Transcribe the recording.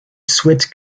souhaite